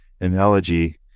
analogy